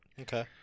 Okay